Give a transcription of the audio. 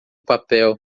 papel